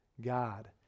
God